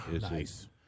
Nice